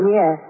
Yes